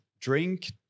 drink